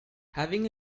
having